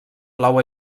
blau